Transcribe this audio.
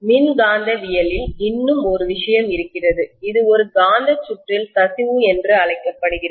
மின்காந்தவியலில் இன்னும் ஒரு விஷயம் இருக்கிறது இது ஒரு காந்த சுற்றில் கசிவு என்று அழைக்கப்படுகிறது